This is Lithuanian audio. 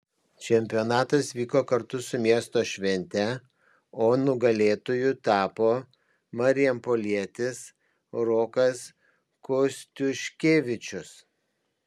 čempionatas vyko kartu su miesto švente o nugalėtoju tapo marijampolietis rokas kostiuškevičius